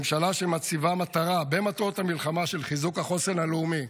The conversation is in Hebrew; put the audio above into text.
הממשלה מציבה במטרות המלחמה מטרה של חיזוק החוסן הלאומי,